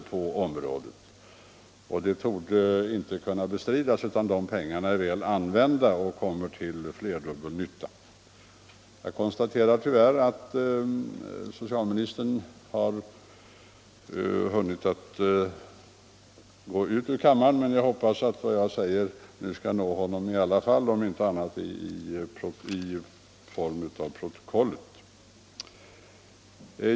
Det torde inte kunna bestridas att det är väl använda pengar som kommer till flerdubbel nytta. Jag konstaterar tyvärr att socialministern har hunnit lämna kammaren, men jag hoppas att det jag har att säga skall nå honom i alla fall, om inte annat så i form av riksdagsprotokollet.